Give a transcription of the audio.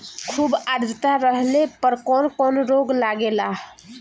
खुब आद्रता रहले पर कौन कौन रोग लागेला?